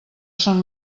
són